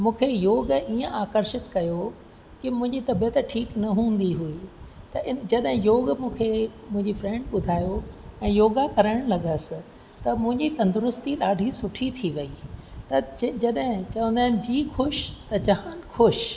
मूंखे योग ईअं आकर्षित कयो की मुंहिंजी तबीअत ठीक न हुंदी हुई त इ जॾहिं योग मूंखे मुंहिंजी फ्रेंड ॿुधायो ऐं योगा करणु लॻसि त मुंहिंजी तंदुरुस्ती ॾाढी सुठी थी वई त जॾहिं चवंदा आहिनि जी ख़ुशि त जहान ख़ुशि